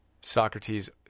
Socrates